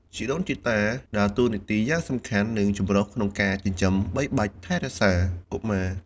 ជីដូនជីតាដើរតួនាទីយ៉ាងសំខាន់ និងចម្រុះក្នុងការចិញ្ចឹមបីបាច់ថែរក្សាកុមារ។